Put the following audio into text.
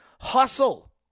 hustle